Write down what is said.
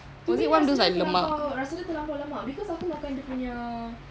to me rasa dia terlampau rasa dia terlampau lemak because aku makan dia punya